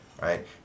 right